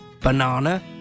banana